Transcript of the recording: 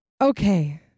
Okay